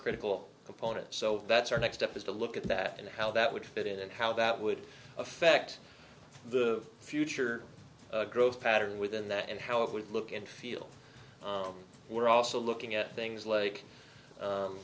critical component so that's our next step is to look at that and how that would fit in and how that would affect the future growth pattern within that and how it would look and feel we're also looking at things like